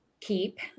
keep